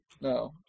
no